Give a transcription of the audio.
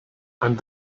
and